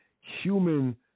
human